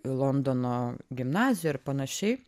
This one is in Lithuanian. londono gimnazijoj ir panašiai